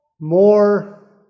more